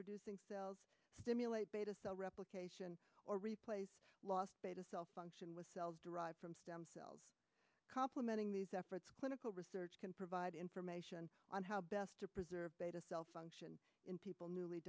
producing cells stimulate beta cell replication or replace lost beta cell function with cells derived from stem cells complementing these efforts clinical research can provide information on how best to preserve beta cell function in people newly